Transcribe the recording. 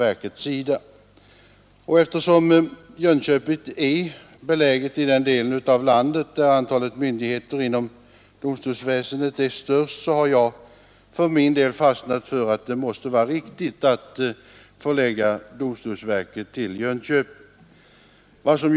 Eftersom Jönköping är beläget i den del av landet där antalet myndigheter inom domstolsväsendet är störst, har jag för min del fastnat för att domstolsverket bör förläggas till Jönköping.